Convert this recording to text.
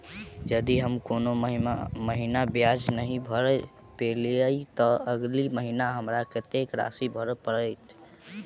यदि हम कोनो महीना ब्याज नहि भर पेलीअइ, तऽ अगिला महीना हमरा कत्तेक राशि भर पड़तय?